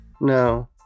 No